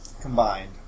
combined